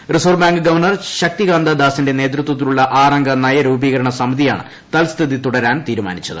reserve bank governor Shaktikanta ദാസിന്റെ നേതൃത്വത്തിലുള്ള ആറംഗ നയരൂപീകരണ സമിതിയാണ് തൽസ്ഥിതി തുടരാൻ തീരുമാനിച്ചത്